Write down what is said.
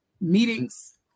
meetings